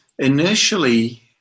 Initially